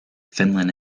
finland